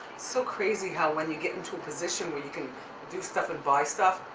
so crazy how when you get into a position where you can do stuff and buy stuff,